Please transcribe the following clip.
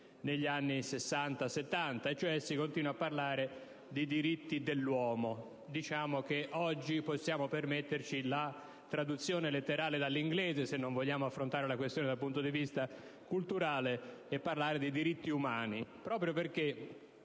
negli anni Sessanta e Settanta. Si continua cioè a parlare di diritti dell'uomo. Diciamo che oggi possiamo permetterci la traduzione letterale dall'inglese, se non vogliamo affrontare la questione dal punto di vista culturale, e parlare di diritti umani proprio perché